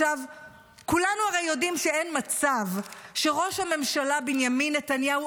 כולנו הרי יודעים שאין מצב שראש הממשלה בנימין נתניהו,